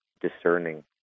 discerning